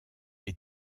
est